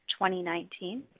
2019